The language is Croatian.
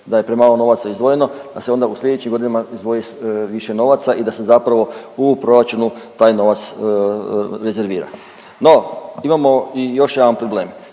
da je premalo novaca izdvojeno, da se onda u sljedećim godinama izdvoji više novaca i da se zapravo u proračunu taj novac rezervira. No, imamo i još jedan problem,